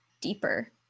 deeper